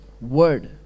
word